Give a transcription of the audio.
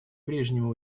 прежнему